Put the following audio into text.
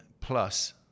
plus